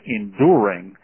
enduring